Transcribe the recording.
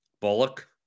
Bullock